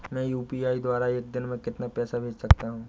मैं यू.पी.आई द्वारा एक दिन में कितना पैसा भेज सकता हूँ?